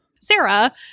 Sarah